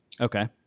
Okay